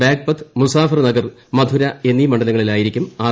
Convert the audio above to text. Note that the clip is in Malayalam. ബാഗ്പത് മുസ്സാഫർ നഗർ മധുര എന്നീ മണ്ഡലങ്ങളിലായിരിക്കും ആർ